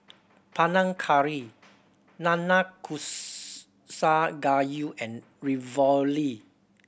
Panang Curry Nanakusa Gayu and Ravioli